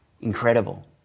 incredible